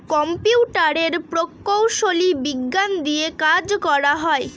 কম্পিউটারের প্রকৌশলী বিজ্ঞান দিয়ে কাজ করা হয়